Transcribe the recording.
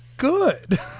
Good